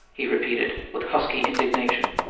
he repeated, with husky indignation.